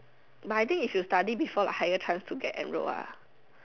but I think if you study got a higher chance to get enroll ya